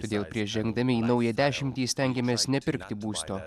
todėl prieš žengdami į naują dešimtį stengiamės nepirkti būsto